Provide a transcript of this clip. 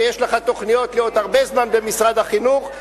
ויש לך תוכניות להיות הרבה זמן במשרד החינוך,